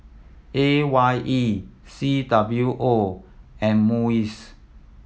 A Y E C W O and MUIS